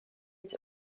its